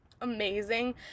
amazing